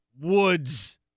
Woods